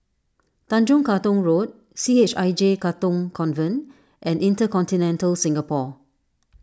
Tanjong Katong Road C H I J Katong Convent and Intercontinental Singapore